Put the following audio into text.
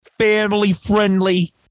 family-friendly